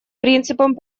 принципом